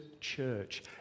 church